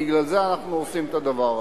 בגלל זה אנחנו עושים את הדבר הזה.